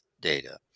data